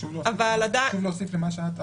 עוד במסגרת ההליך